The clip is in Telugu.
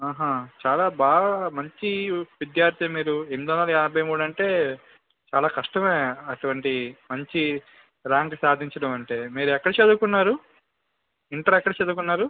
చాలా బాగా మంచి విద్యార్థే మీరు ఎనిమిది వందల యాభై మూడు అంటే చాలా కష్టమే అటువంటి మంచి ర్యాంకు సాధించడం అంటే మీరు ఎక్కడ చదువుకున్నారు ఇంటర్ ఎక్కడ చదువుకున్నారు